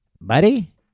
buddy